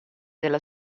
della